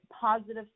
positive